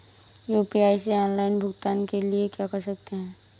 UPI से offline भुगतान के लिए क्या कर सकते हैं?